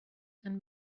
and